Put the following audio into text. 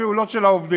אפילו לא של העובדים.